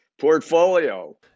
portfolio